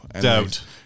Doubt